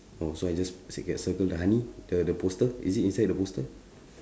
oh so I just circl~ circle the honey the the poster is it inside the poster